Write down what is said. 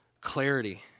clarity